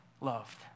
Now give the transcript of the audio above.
loved